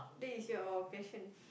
that is your question